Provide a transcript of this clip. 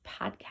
podcast